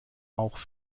auch